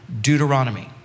Deuteronomy